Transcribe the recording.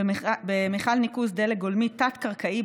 הוא דליפת דלק במתקן קצא"א באשקלון.